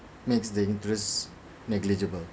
makes the interest negligible